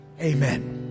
Amen